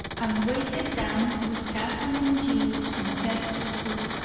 and weighted down with dazzling jewels from head to foot.